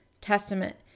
Testament